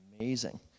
amazing